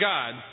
God